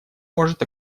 может